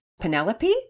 Penelope